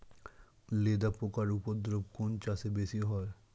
লেদা পোকার উপদ্রব কোন চাষে বেশি হয়?